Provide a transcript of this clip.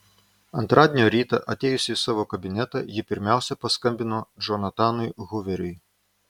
antradienio rytą atėjusi į savo kabinetą ji pirmiausia paskambino džonatanui huveriui